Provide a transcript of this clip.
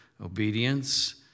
obedience